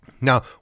Now